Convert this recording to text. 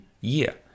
year